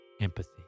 empathy